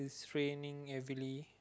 it's raining heavily